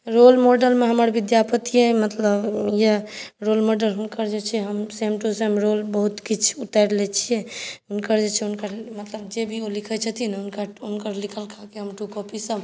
role मॉडलमे हमर विद्यापतिए मतलब अइ रोल मॉडल हुनकर जे छै हम सेम टु सेम रोल बहुत किछु उतारि लै छिए हुनकर जे छै हुनकर मतलब जे भी ओ लिखै छथिन हुनकर लिखलकाके हम टु कॉपी सब